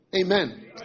Amen